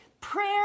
Prayer